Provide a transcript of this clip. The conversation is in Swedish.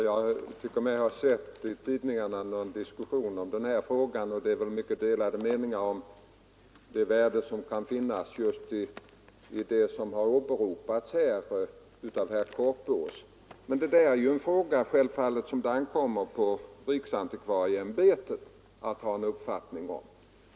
Herr talman! Jag vill minnas att jag i tidningarna sett en diskussion om denna fråga. Såvitt jag förstår föreligger det delade meningar om värdet i det som herr Korpås här åberopade. Men detta är naturligtvis en fråga i vilken det ankommer på riksantikvarieämbetet att ha en uppfattning.